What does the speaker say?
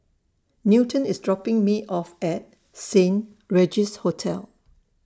Newton IS dropping Me off At Saint Regis Hotel